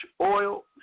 oil